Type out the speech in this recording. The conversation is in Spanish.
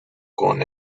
con